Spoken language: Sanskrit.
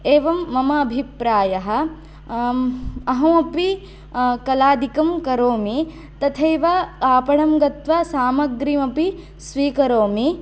एवं मम अभिप्रायः अहमपि कलादिकं करोमि तथैव आपणं गत्वा सामग्रीमपि स्वीकरोमि